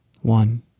One